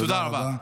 תודה רבה.